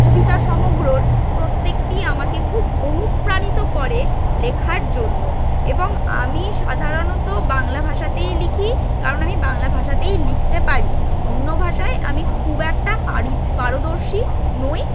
কবিতা সমগ্রর প্রত্যেকটি আমাকে খুব অনুপ্রাণিত করে লেখার জন্য এবং আমি সাধারণত বাংলা ভাষাতেই লিখি কারণ আমি বাংলা ভাষাতেই লিখতে পারি অন্য ভাষায় আমি খুব একটা পারদর্শী নই